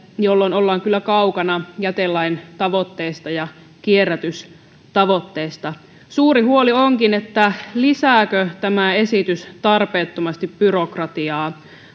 jolloin ollaan kyllä kaukana jätelain tavoitteista ja kierrätystavoitteista suuri huoli onkin lisääkö tämä esitys tarpeettomasti byrokratiaa